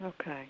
Okay